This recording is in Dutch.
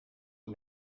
een